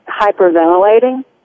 hyperventilating